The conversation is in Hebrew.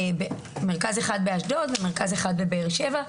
אחד באשדוד ואחד בבאר שבע,